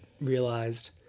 realized